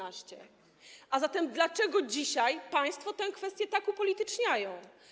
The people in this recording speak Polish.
A zatem dlaczego dzisiaj państwo tę kwestię tak upolityczniają?